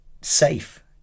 safe